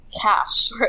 cash